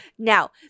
Now